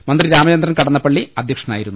മന്ത്രി രാമചന്ദ്രൻ കടന്നപ്പള്ളി അധ്യക്ഷനായി രുന്നു